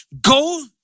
go